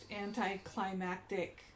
anti-climactic